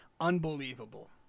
Unbelievable